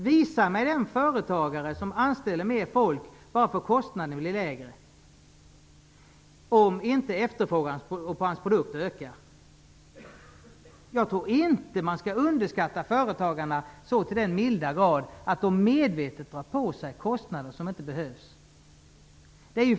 Visa mig den företagare som anställer mer folk bara för att kostnaden blir lägre, om inte efterfrågan på hans produkter ökar! Jag tror inte att man skall underskatta företagarna så till den milda grad att tro att de medvetet drar på sig kostnader som inte behövs.